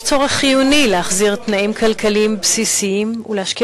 יש צורך חיוני להחזיר תנאים כלכליים בסיסיים ולהשקיע